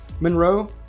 Monroe